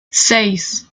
seis